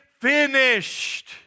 finished